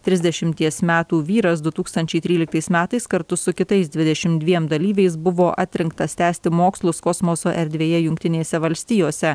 trisdešimties metų vyras du tūkstančiai tryliktais metais kartu su kitais dvidešim dviem dalyviais buvo atrinktas tęsti mokslus kosmoso erdvėje jungtinėse valstijose